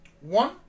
One